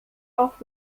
auch